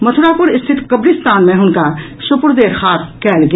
मथुरापुर स्थित कब्रिस्तान मे हुनका सुपुर्दे खाक कयल गेल